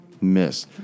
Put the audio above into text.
Miss